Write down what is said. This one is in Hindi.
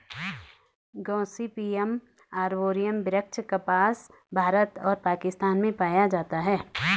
गॉसिपियम आर्बोरियम वृक्ष कपास, भारत और पाकिस्तान में पाया जाता है